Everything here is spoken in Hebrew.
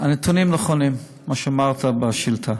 הנתונים נכונים, מה שאמרת בשאילתה.